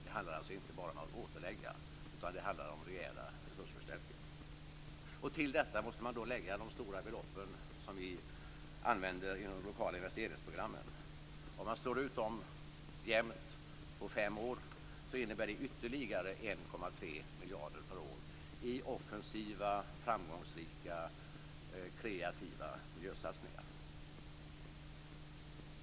Det handlar alltså inte bara om att återställa utan om rejäla resursförstärkningar. Till detta måste man lägga de stora belopp som vi använder inom de lokala investeringsprogrammen. Om man slår ut dem jämnt under fem år innebär det ytterligare 1,3 miljarder per år i offensiva framgångsrika kreativa miljösatsningar.